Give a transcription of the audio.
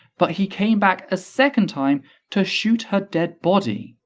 but he came back a second time to shoot her dead body.